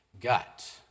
gut